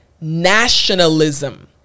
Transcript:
nationalism